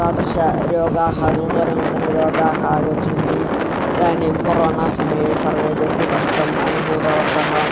तादृशः रोगाः नूतननूतनरोगाः आगच्छन्ति इदानीं कोरोना समये सर्वे बहु कष्टम् अनुभूतवन्तः